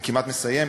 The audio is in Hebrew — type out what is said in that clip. אני כמעט מסיים.